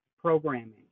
programming